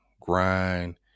grind